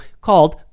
called